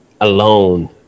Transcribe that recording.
alone